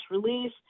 release